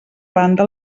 banda